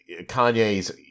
Kanye's